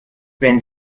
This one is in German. wenn